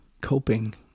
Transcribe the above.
coping